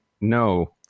No